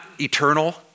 eternal